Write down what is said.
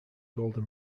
golden